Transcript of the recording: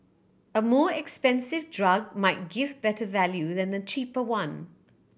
a more expensive drug might give better value than a cheaper one